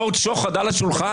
הצעות שוחד על השולחן?